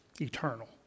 Eternal